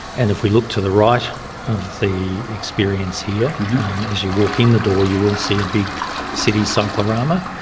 and if we look to the right of the experience here as you walk in the door you will see a big city cyclorama,